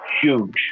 huge